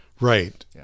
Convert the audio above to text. Right